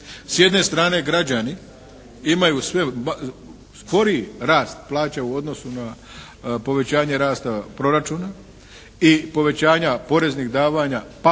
S jedne strane građani imaju sve sporiji rast plaća u odnosu na povećanje rasta proračuna i povećanja poreznih davanja pa